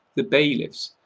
the bailiffs,